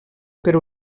per